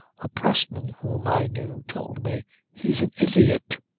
a pressman whom i knew told me he's an idiot.